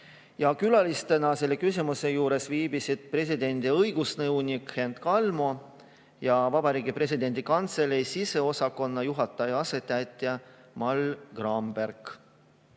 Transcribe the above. Külalistena selle küsimuse juures viibisid presidendi õigusnõunik Hent Kalmo ja Vabariigi Presidendi Kantselei siseosakonna juhataja asetäitja Mall Gramberg.